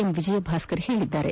M Vijay Bhaskar ಹೇಳಿದ್ದಾರೆ